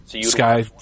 sky